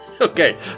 Okay